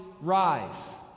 rise